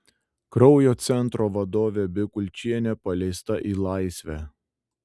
kraujo centro vadovė bikulčienė paleista į laisvę